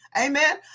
Amen